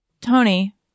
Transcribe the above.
Tony